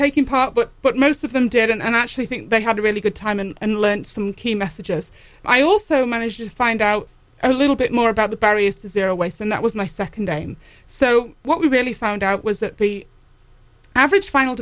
taking part but but most of them did and i actually think they had a really good time and lent some key messages i also managed to find out a little bit more about the barriers to zero waste and that was my second day so what we really found out was that the average final